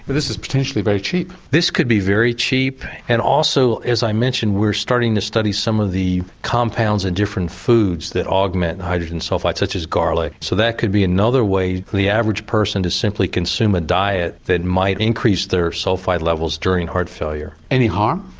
but this is potentially very cheap. this could be very cheap and also as i mentioned we're starting to study some of the compounds in different foods that augment hydrogen sulphide such as garlic so that could be another way for the average person to simply consume a diet that might increase their sulphide levels during heart failure. any harm?